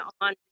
on